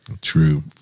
True